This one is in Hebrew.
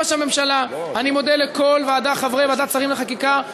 הממשלה לטפל ולהכניס את התיקונים הנדרשים.